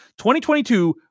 2022